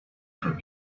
from